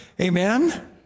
Amen